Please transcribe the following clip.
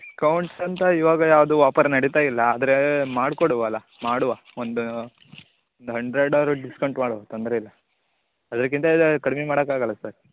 discounts ಅಂತ ಇವಾಗ ಯಾವುದೂ ವಾಪರ್ ನಡೀತ ಇಲ್ಲ ಆದರೆ ಮಾಡಿಕೊಡುವ ಅಲಾ ಮಾಡುವ ಒಂದು ಒಂದು ಹಂಡ್ರೆಡ್ ಆದ್ರೂ ಡಿಸ್ಕೌಂಟ್ ಮಾಡುವ ತೊಂದರೆ ಇಲ್ಲ ಅದ್ಕಿಂತ ಇದು ಕಡ್ಮೆ ಮಾಡಕ್ಕೆ ಆಗೋಲ್ಲ ಸರ್